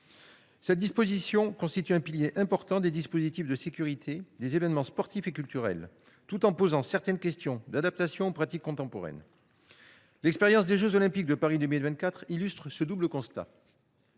Cette disposition constitue un pilier important des dispositifs de sécurité des événements sportifs et culturels, tout en soulevant certaines questions d’adaptation aux pratiques contemporaines. L’expérience des jeux Olympiques et Paralympiques de Paris 2024 illustre ce double constat.